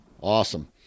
Awesome